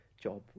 job